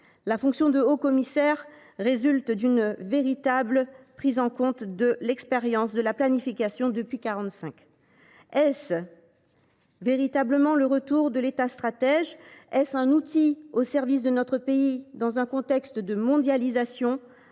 la prospective résulte t elle d’une véritable prise en compte de l’expérience de la planification depuis 1945 ? Est ce véritablement le retour de l’État stratège ? Est ce un outil au service de notre pays, dans un contexte de mondialisation,